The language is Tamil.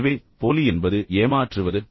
எனவே போலி என்பது ஏமாற்றுவது